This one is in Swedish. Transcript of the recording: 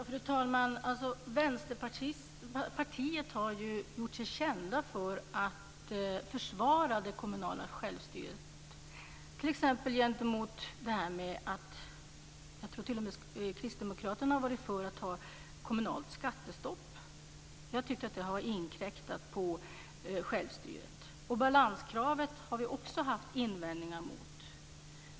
Fru talman! Vänsterpartiet har gjort sig känt för att försvara den kommunala självstyrelsen. Jag tror att t.o.m. kristdemokraterna var för kommunalt skattestopp. Jag tyckte att det inkräktade på självstyrelsen. Balanskravet har vi också haft invändningar mot.